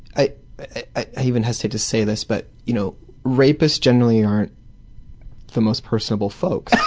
i even hesitate to say this, but you know rapists generally aren't the most personable folk.